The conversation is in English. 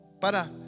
para